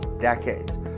decades